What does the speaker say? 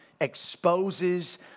exposes